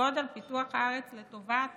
תשקוד על פיתוח הארץ לטובת